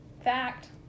Fact